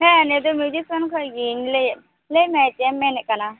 ᱦᱮᱸ ᱱᱤᱛ ᱫᱚ ᱢᱤᱡᱤᱥᱤᱭᱟᱱ ᱠᱷᱚᱱᱜᱤᱧ ᱞᱟᱹᱭᱮᱫ ᱞᱟᱹᱭ ᱢᱮ ᱪᱮᱢ ᱢᱮᱱᱮᱜ ᱠᱟᱱᱟ